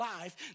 life